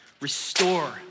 Restore